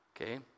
okay